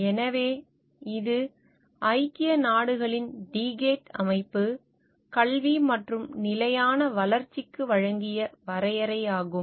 எனவே இது ஐக்கிய நாடுகளின் டீகேட் அமைப்பு கல்வி மற்றும் நிலையான வளர்ச்சிக்கு வழங்கிய வரையறையாகும்